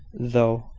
though.